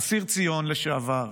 אסיר ציון לשעבר,